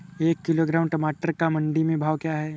एक किलोग्राम टमाटर का मंडी में भाव क्या है?